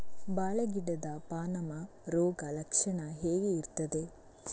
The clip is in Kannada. ಬಾಳೆ ಗಿಡದ ಪಾನಮ ರೋಗ ಲಕ್ಷಣ ಹೇಗೆ ಇರ್ತದೆ?